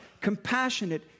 compassionate